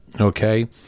Okay